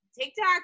tiktok